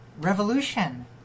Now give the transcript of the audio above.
Revolution